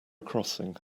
crossing